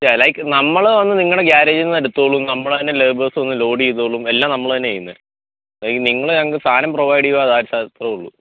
like നമ്മൾ നിങ്ങളുടെ ഗ്യാരേജിൽന്ന് എടുത്തോളും നമ്മളെന്നെ ലേബേഴ്സ് വന്ന് ലോഡ് ചെയ്തോളും എല്ലാം നമ്മൾ തന്നെ ചെയ്യുന്നത് നിങ്ങൾ ഞങ്ങൾക്ക് സാധനം പ്രൊവൈഡ് ചെയ്യുക ദാറ്റ് സ് ഓൾ അത്രയേ ഉള്ളൂ